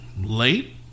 late